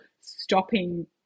stopping